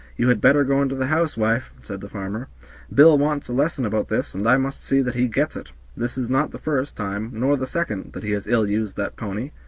you had better go into the house, wife, said the farmer bill wants a lesson about this, and i must see that he gets it this is not the first time, nor the second, that he has ill-used that pony,